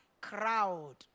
crowd